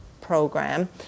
program